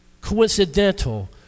coincidental